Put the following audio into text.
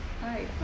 Hi